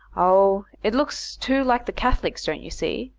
oh, it looks too like the catholics, don't you see?